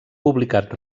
publicat